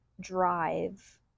drive